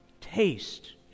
taste